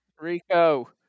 Rico